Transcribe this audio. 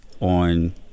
on